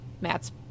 Matt's